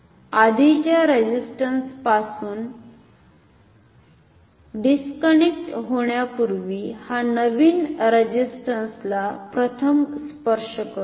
आधिच्या resistance पासुन disconnect होण्यापूर्वी हा नवीन रेझिस्टंसला प्रथम स्पर्श करतो